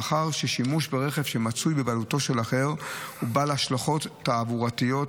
מאחר ששימוש ברכב שמצוי בבעלותו של אחר הוא בעל השלכות תעבורתיות,